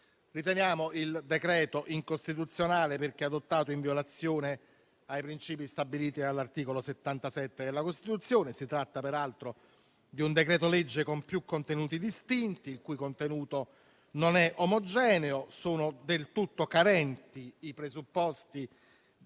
Riteniamo che il decreto-legge sia incostituzionale perché adottato in violazione dei principi stabiliti dall'articolo 77 della Costituzione. Si tratta peraltro di un decreto-legge con più contenuti distinti, il cui testo non è omogeneo; inoltre, sono del tutto carenti i presupposti